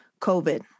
COVID